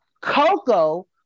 Coco